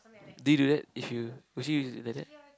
do you do that if you if does he use like that